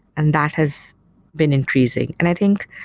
and that has been increasing. and i think,